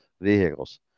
vehicles